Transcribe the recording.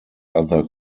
other